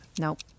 Nope